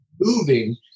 moving